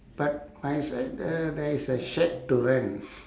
but my side uh there's a shack to rent